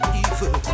evil